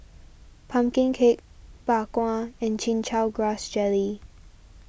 Pumpkin Cake Bak Kwa and Chin Chow Grass Jelly